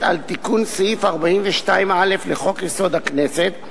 על תיקון סעיף 42א לחוק-יסוד: הכנסת,